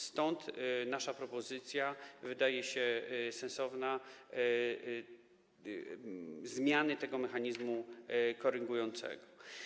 Stąd nasza propozycja, wydaje się, że sensowna, zmiany tego mechanizmu korygującego.